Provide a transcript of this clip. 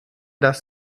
das